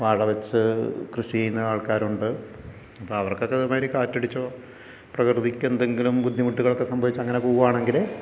വാഴ വെച്ച് കൃഷി ചെയ്യുന്ന ആൾക്കാരുണ്ട് അപ്പോൾ അവർക്കത് ഒരുമാതിരി കാറ്റടിച്ചോ പ്രകൃതിക്ക് എന്തെങ്കിലും ബുദ്ധിമുട്ട് ഒക്കെ സംഭവിച്ച് പോകുകയാണെങ്കിൽ